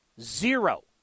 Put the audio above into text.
zero